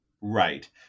Right